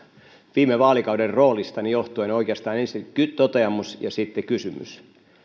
viime vaalikauden roolistani johtuen oikeastaan ensin toteamus ja sitten kysymys